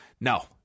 No